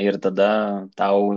ir tada tau